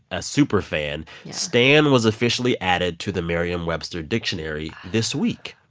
a super fan stan was officially added to the merriam-webster dictionary this week.